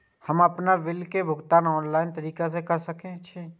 हम आपन बिल के भुगतान ऑनलाइन तरीका से कर सके छी?